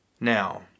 Now